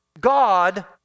God